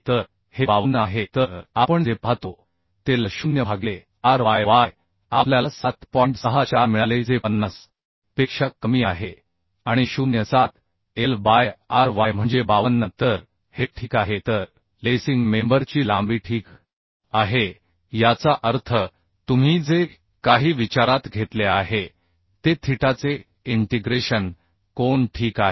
तर हे 52 आहे तर आपण जे पाहतो ते L0 भागिले r y y आपल्याला 7 मिळाले 64 जे 50 पेक्षा कमी आहे आणि 0 7 एल बाय आर वाय म्हणजे 52 तर हे ठीक आहे तर लेसिंग मेंबर ची लांबी ठीक आहे याचा अर्थ तुम्ही जे काही विचारात घेतले आहे ते थीटाचे इंटिग्रेशन कोन ठीक आहे